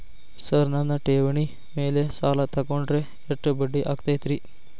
Sir ನನ್ನ ಠೇವಣಿ ಮೇಲೆ ಸಾಲ ತಗೊಂಡ್ರೆ ಎಷ್ಟು ಬಡ್ಡಿ ಆಗತೈತ್ರಿ?